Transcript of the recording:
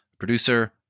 Producer